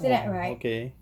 !wah! okay